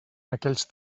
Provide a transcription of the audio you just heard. aquells